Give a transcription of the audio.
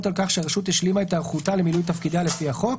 על כך שהרשות השלימה את היערכותה למילוי תפקידיה לפי החוק.